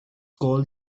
called